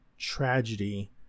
tragedy